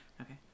okay